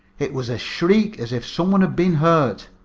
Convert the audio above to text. it was a shriek as if some one had been hurt.